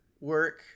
work